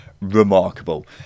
remarkable